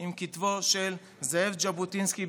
עם כתבו של זאב ז'בוטינסקי,